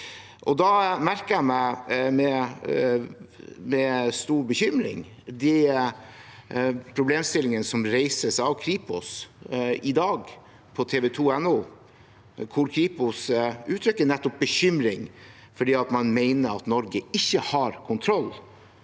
Da merker jeg meg – med stor bekymring – de problemstillingene som reises av Kripos i dag på tv2.no, hvor Kripos uttrykker bekymring fordi man mener at Norge ikke har kontroll